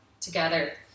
together